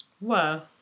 Wow